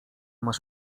masz